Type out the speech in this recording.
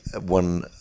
one